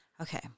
okay